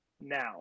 now